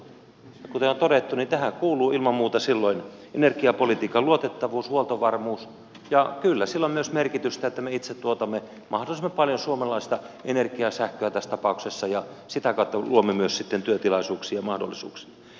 kuten on todettu tähän kuuluu ilman muuta silloin energiapolitiikan luotettavuus ja huoltovarmuus ja kyllä sillä on myös merkitystä että me itse tuotamme mahdollisimman paljon suomalaista energiaa sähköä tässä tapauksessa ja sitä kautta luomme myös sitten työtilaisuuksia ja mahdollisuuksia